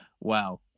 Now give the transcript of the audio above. Wow